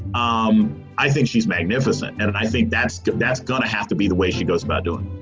um i think she's magnificent. and and i think that's that's going to have to be the way she goes about doing